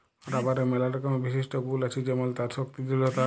রাবারের ম্যালা রকমের বিশিষ্ট গুল আছে যেমল তার শক্তি দৃঢ়তা